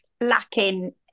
lacking